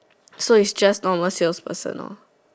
so is just normal sales person lor